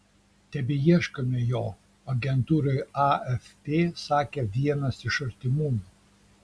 tebeieškome jo agentūrai afp sakė vienas iš artimųjų